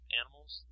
animals